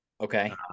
Okay